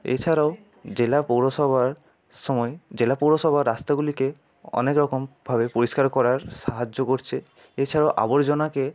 এছাড়াও জেলা পৌরসভার সময়ে জেলা পৌরসভার রাস্তাগুলিকে অনেক রকমভাবে পরিষ্কার করার সাহায্য করছে এছাড়াও আবর্জনাকে